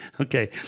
Okay